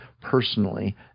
personally